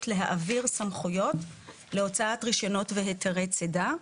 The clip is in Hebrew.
להעביר סמכויות להוצאת רישיונות והיתרי צידה.